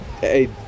Hey